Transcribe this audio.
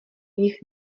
jich